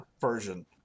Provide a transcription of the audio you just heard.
version